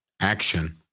action